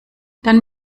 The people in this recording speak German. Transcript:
dann